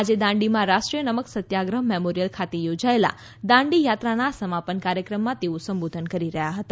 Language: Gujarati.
આજે દાંડીમાં રાષ્ટ્રીય નમક સત્યાગ્રહ મેમોરિયલ ખાતે યોજાયેલા દાંડી યાત્રા સમાપન કાર્યક્રમમાં તેઓ સંબોધી રહ્યા હતા